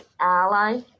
ally